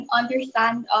understand